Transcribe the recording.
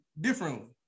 differently